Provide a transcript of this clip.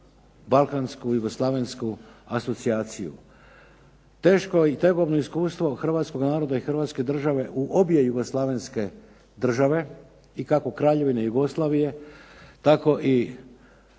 balkansku, jugoslavensku asocijaciju. Teško i tegobno iskustvo hrvatskog naroda i Hrvatske države u obje jugoslavenske države i kako Kraljevine Jugoslavije tako i